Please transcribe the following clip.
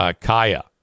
kaya